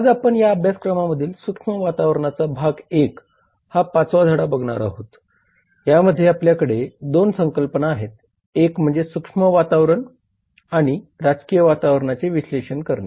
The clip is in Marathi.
आज आपण या अभ्यासक्रमातील सूक्ष्म वातावरणाचा भाग 1 हा पाचवा धडा बघणार आहोत या मध्ये आपल्याकडे 2 संकल्पना आहेत एक म्हणजे सूक्ष्म वातावरण आणि राजकीय वातावरणाचे विश्लेषण करणे